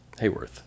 Hayworth